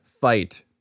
fight